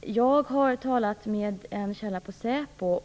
Jag har talat med en källa på säpo.